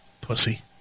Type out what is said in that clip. Pussy